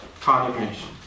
condemnation